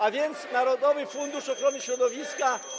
A więc narodowy fundusz ochrony środowiska.